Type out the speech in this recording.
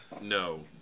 No